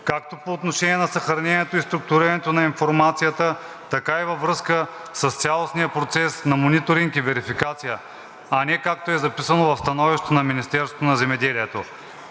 както по отношение на съхранението и структурирането на информацията, така и във връзка с цялостния процес на мониторинг и верификация, а не както е записано в становището на Министерството на земеделието.